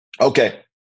Okay